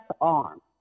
arm